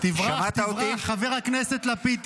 תברח, תברח, חבר הכנסת לפיד.